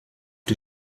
die